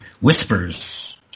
whispers